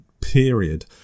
period